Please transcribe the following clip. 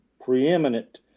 preeminent